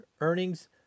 earnings